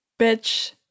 Bitch